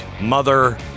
mother